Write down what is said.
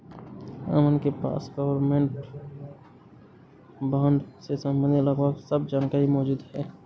अमन के पास government bond से सम्बंधित लगभग सब जानकारी मौजूद है